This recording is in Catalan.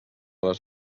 les